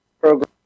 program